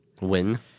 win